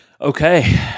okay